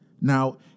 Now